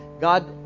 God